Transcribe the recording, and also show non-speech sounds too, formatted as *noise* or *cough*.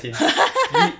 *laughs*